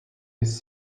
his